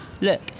look